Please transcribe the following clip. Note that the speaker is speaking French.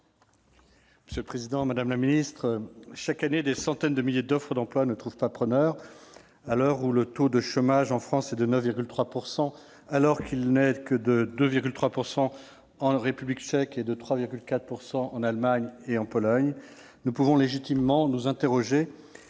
Monsieur le président, madame la ministre, mes chers collègues, chaque année, des centaines de milliers d'offres d'emploi ne trouvent pas preneur. À l'heure où le taux de chômage en France est de 9,3 % alors qu'il n'est que de 2,3 % en République tchèque et de 3,4 % en Allemagne et en Pologne, nous pouvons légitiment nous interroger,